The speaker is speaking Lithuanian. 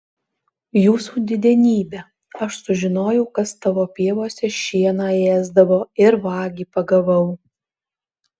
jūsų didenybe aš sužinojau kas tavo pievose šieną ėsdavo ir vagį pagavau